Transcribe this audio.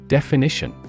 Definition